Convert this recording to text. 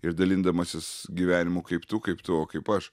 ir dalindamasis gyvenimu kaip tu kaip tu o kaip aš